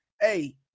Hey